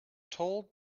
told